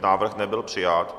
Návrh nebyl přijat.